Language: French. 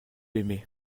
aimais